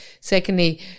secondly